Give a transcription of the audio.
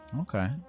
okay